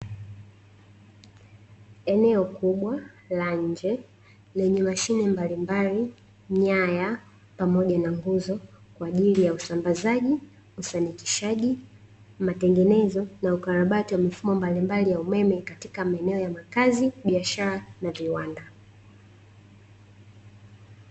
Eneo kubwa la nje lenye mashine mbalimbali, nyaya pamoja na nguzo kwaajili ya usambazaji, usaikishaji, matengenezo na ukarabati wa mifumo mbalimbali ya umeme katika maeneo ya makazi biashara na viwanda.